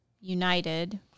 United